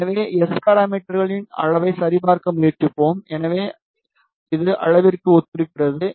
எனவே எஸ் பாராமீட்டர்களின் அளவை சரிபார்க்க முயற்சிக்கிறோம் எனவே இது அளவிற்கு ஒத்திருக்கிறது